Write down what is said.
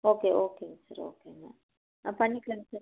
okay ஓகேங்க sir ஓகேங்க ஆ பண்ணிக்கிலாங்க சார்